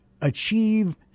achieve